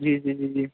جی جی جی جی